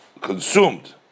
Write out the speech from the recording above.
consumed